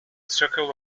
circle